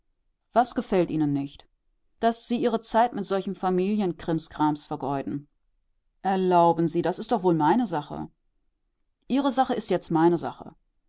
was gefällt ihnen nicht daß sie ihre zeit mit solchem familienkrimskram vergeuden erlauben sie das ist doch wohl meine sache ihre sache und meine sache